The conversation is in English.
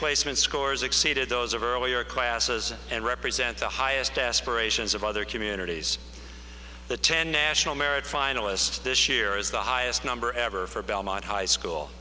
placement scores exceeded those of earlier classes and represent the highest aspirations of other communities the ten national merit finalist this year is the highest number ever for belmont high school